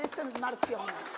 Jestem zmartwiona.